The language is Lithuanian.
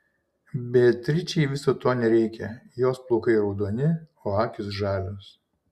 beatričei viso to nereikia jos plaukai raudoni o akys žalios